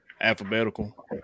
alphabetical